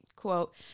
Quote